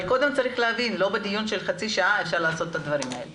אבל צריך להבין שאי אפשר לעשות את הדברים האלה בדיון של חצי שעה.